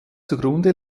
zugrunde